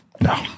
No